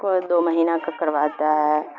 کوئی دو مہینہ کا کرواتا ہے